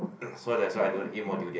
so that's why I don't eat more durian